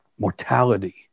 mortality